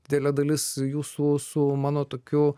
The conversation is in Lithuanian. didelė dalis jūsų su mano tokiu